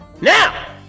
Now